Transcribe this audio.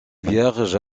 vierge